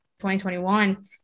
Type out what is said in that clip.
2021